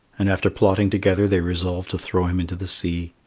and after plotting together they resolved to throw him into the sea.